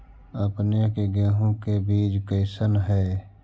अपने के गेहूं के बीज कैसन है?